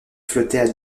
flottait